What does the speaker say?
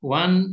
one